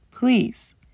Please